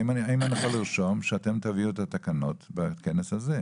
האם אני יכול לרשום שאתם תביאו את התקנות בכנס הזה,